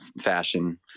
fashion